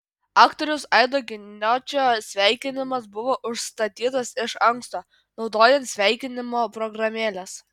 aktoriaus aido giniočio sveikinimas buvo užstatytas iš anksto naudojant sveikinimo programėles